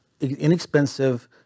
inexpensive